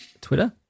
twitter